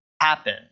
happen